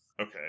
Okay